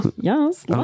Yes